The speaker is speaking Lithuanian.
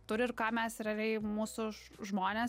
turi ir ką mes realiai mūsų žmonės